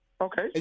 Okay